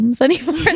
anymore